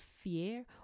fear